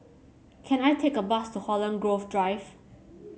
can I take a bus to Holland Grove Drive